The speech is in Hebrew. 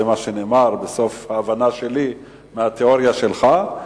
זה מה שנאמר בסוף, ההבנה שלי מהתיאוריה שלך.